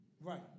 Right